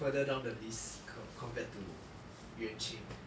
further down the list compared to yuan ching